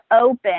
open